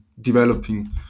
developing